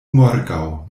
morgaŭ